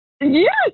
Yes